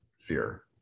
fear